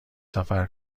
سفر